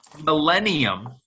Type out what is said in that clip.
millennium